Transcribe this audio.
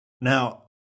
Now